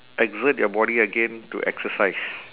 exert your body again to exercise